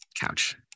Couch